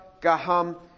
Gaham